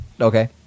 Okay